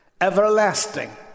Everlasting